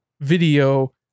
video